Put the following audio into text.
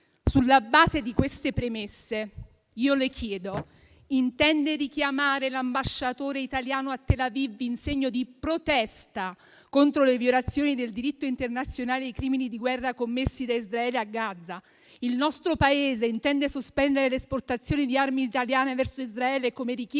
Sulla base di queste premesse, signor Ministro, le chiedo: intende richiamare l'ambasciatore italiano a Tel Aviv in segno di protesta contro le violazioni del diritto internazionale e i crimini di guerra commessi da Israele a Gaza? Il nostro Paese intende sospendere le esportazioni di armi italiane verso Israele, come richiesto